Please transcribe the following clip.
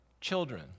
children